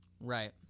Right